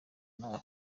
nabi